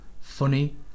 funny